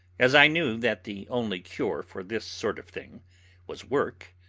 as i knew that the only cure for this sort of thing was work,